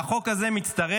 והחוק הזה מצטרף